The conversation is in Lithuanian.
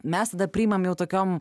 mes tada priimam jau tokiom